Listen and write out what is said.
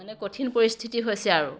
মানে কঠিন পৰিস্থিতি হৈছে আৰু